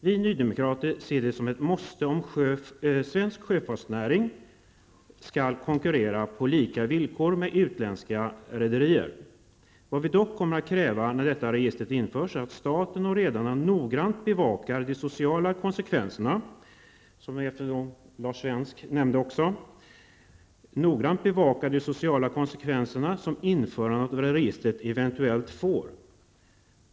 Vi nydemokrater ser det som ett måste om svensk sjöfartsnäring skall konkurrera på lika villkor med utländska rederier. Vad vi dock kommer att kräva när detta register införs är att staten och redarna noggrant bevakar de sociala konsekvenser -- det nämnde också Lars Svensk -- som införandet av registret eventuellt får.